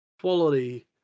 quality